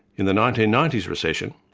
in the nineteen ninety s recession,